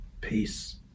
peace